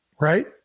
right